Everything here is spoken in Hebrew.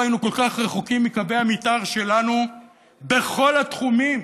היינו כל כך רחוקים מקווי המתאר שלנו בכל התחומים.